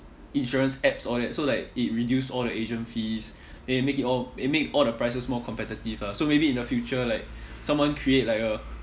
insurance apps all that so like it reduce all the agent fees then they make it all they make all the prices more competitive ah so maybe in the future like someone create like a